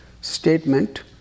statement